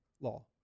law